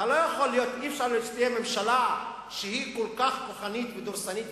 אי-אפשר שתהיה ממשלה שהיא כל כך כוחנית ודורסנית,